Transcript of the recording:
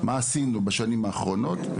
למה עשינו בשנים האחרונות,